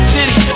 City